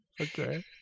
Okay